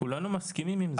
כולנו מסכימים עם זה.